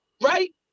right